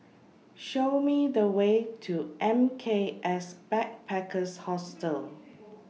Show Me The Way to M K S Backpackers Hostel